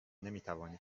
نمیتوانید